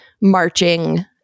marching